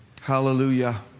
Hallelujah